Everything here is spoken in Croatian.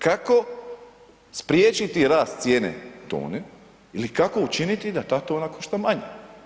Kako spriječiti rast cijene tone ili kako učiniti da ta tona bude što manja?